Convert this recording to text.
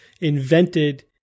invented